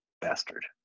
bastard